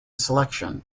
selection